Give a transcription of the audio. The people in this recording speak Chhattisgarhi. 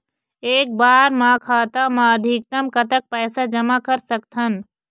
एक बार मा खाता मा अधिकतम कतक पैसा जमा कर सकथन?